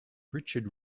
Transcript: richard